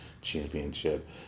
Championship